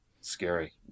scary